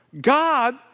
God